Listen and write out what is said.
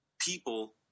people